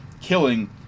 killing